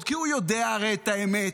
כי הוא הרי יודע את האמת: